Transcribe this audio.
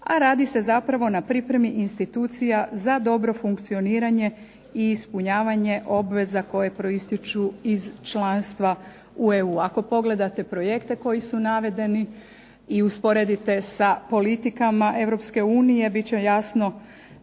a radi se zapravo na pripremi institucija za dobro funkcioniranje i ispunjavanje obveza koje proistječu iz članstva u EU. Ako pogledate projekte koji su navedeni i usporedite sa politikama Europske unije